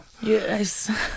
Yes